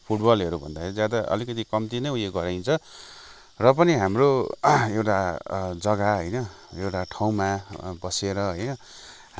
फुटबलहरूभन्दा ज्यादै अलिकति कम्ति नै उयो गराइ न्छ र पनि हाम्रो एउटा जग्गा होइन एउटा ठाउँमा बसेर है हाम्रो